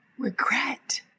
regret